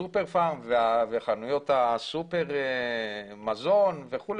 הסופרפארם וחנויות המזון וכו',